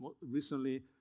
recently